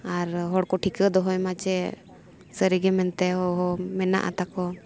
ᱟᱨ ᱦᱚᱲ ᱠᱚ ᱴᱷᱤᱠᱟᱹ ᱫᱚᱦᱚᱭ ᱢᱟ ᱡᱮ ᱥᱟᱹᱨᱤᱜᱮ ᱦᱚᱸ ᱢᱮᱱᱟᱜᱼᱟ ᱛᱟᱠᱚ